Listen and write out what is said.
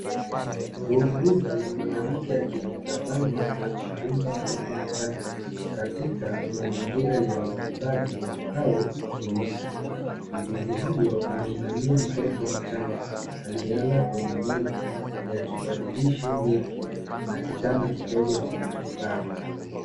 Muuguzi mwanamke akimtazama na kumtunza mtoto mchanga katika mazingira ya hospitali au kliniki. Muuguzi huyo ameinamia mtoto mchanga aliyelala kwenye meza ya kibadilishi nepi na kitanda kidogo cha matibabu.